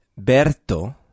Berto